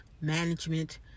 management